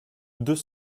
deux